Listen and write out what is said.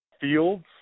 fields